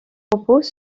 propos